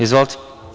Izvolite.